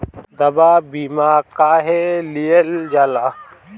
दवा बीमा काहे लियल जाला?